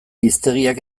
hiztegiak